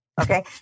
Okay